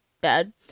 Bad